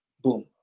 boom